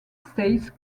states